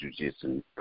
jujitsu